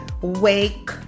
Wake